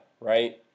right